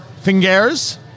Fingers